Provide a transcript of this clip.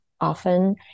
often